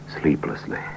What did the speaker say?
sleeplessly